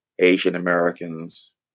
Asian-Americans